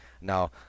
Now